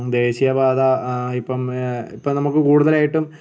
ദേശീയ പാത ഇപ്പം ഇപ്പം നമുക്ക് കൂടുതലായിട്ടും